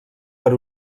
per